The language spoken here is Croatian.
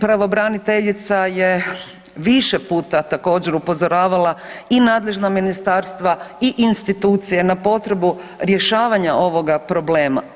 Pravobraniteljica je više puta također upozoravala i nadležna ministarstva i institucije na potrebu rješavanja ovoga problema.